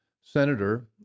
senator